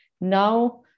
Now